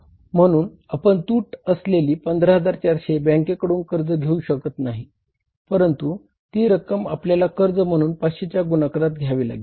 म्हणून आपण तूट असलेली 15400 बॅंकेकडून कर्ज घेऊ शकत नाही परंतु ती रक्कम आपल्याला कर्ज म्हणून 500 च्या गुणाकारात घ्यावी लागेल